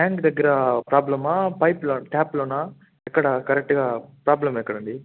tank దగ్గర ప్రోబ్లెమా బయట లో ట్యాప్లోనా ఎక్కడ కరెక్ట్గా ప్రోబ్లెమ్ ఎక్కడండి